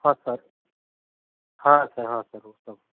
हाँ सर हाँ सर हाँ सर ओके ओ